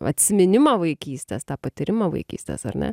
atsiminimą vaikystės tą patyrimą vaikystės ar ne